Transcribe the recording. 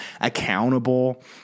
accountable